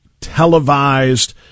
televised